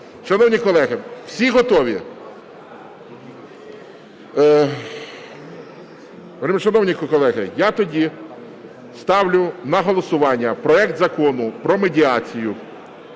Шановні колеги, всі готові? Вельмишановні колеги, я тоді ставлю на голосування проект Закону про медіацію